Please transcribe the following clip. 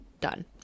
done